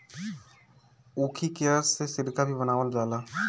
ऊखी के रस से सिरका भी बनावल जाला